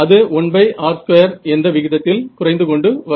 அது 1r2 என்ற விகிதத்தில் குறைந்து கொண்டு வரும்